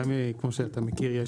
כמו שאתה מכיר,